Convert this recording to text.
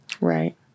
Right